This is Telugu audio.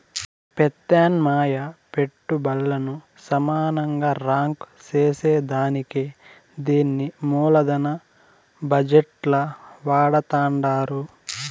పెత్యామ్నాయ పెట్టుబల్లను సమానంగా రాంక్ సేసేదానికే దీన్ని మూలదన బజెట్ ల వాడతండారు